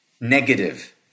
negative